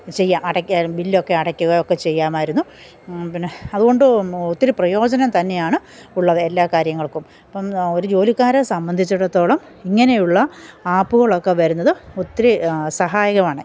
ചെയ്യാം അടയ്ക്കാം ബിൽ ഒക്കെ അടയ്ക്കുക ഒക്കെ ചെയ്യാമായിരുന്നു പിന്നെ അതുകൊണ്ട് ഒത്തിരി പ്രയോജനം തന്നെയാണ് ഉള്ളത് എല്ലാ കാര്യങ്ങള്ക്കും ഇപ്പം ഒരു ജോലിക്കാരെ സംബന്ധിച്ചിടത്തോളം ഇങ്ങനെ ഉള്ള ആപ്പുകളൊക്കെ വരുന്നത് ഒത്തിരി സഹായകമാണ്